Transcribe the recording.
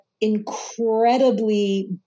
incredibly